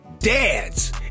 dads